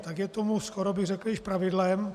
Tak je tomu, skoro bych řekl, již pravidlem.